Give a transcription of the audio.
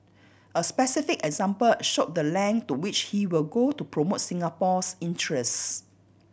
a specific example showed the length to which he will go to promote Singapore's interests